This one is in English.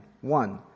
One